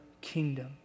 kingdom